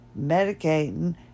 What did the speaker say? medicating